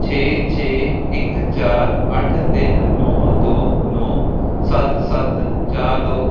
ਛੇ ਛੇ ਇੱਕ ਚਾਰ ਅੱਠ ਤਿੰਨ ਨੌਂ ਦੋ ਨੌਂ ਸੱਤ ਸੱਤ ਚਾਰ ਦੋ